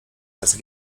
las